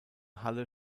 halle